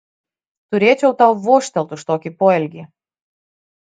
turėčiau tau vožtelt už tokį poelgį